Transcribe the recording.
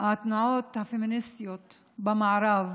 התנועות הפמיניסטיות במערב